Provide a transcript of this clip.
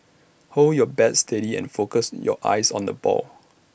hold your bat steady and focus your eyes on the ball